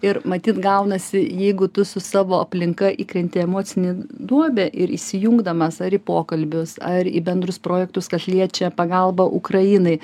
ir matyt gaunasi jeigu tu su savo aplinka įkrenti į emocinį duobę ir įsijungdamas ar į pokalbius ar į bendrus projektus kas liečia pagalbą ukrainai